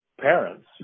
parents